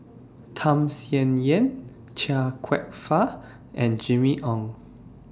Tham Sien Yen Chia Kwek Fah and Jimmy Ong